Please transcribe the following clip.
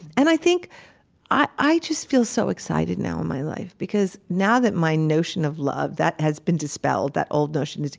and i think i just feel so excited now in my life because, now that my notion of love, that has been dispelled, that old notion.